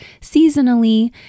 seasonally